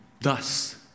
Thus